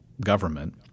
government